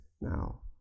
now